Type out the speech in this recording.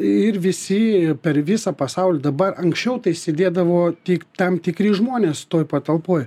ir visi per visą pasaulį dabar anksčiau tai sėdėdavo tik tam tikri žmonės toj patalpoj